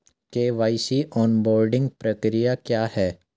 KYC onboarding प्रक्रिया क्या है?